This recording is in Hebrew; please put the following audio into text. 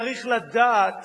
צריך לדעת